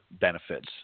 benefits